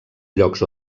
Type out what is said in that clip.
llocs